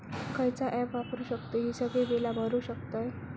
खयचा ऍप वापरू शकतू ही सगळी बीला भरु शकतय?